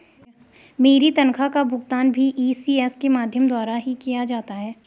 मेरी तनख्वाह का भुगतान भी इ.सी.एस के माध्यम द्वारा ही किया जाता है